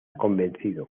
convencido